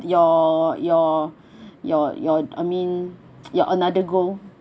your your your your I mean your another goal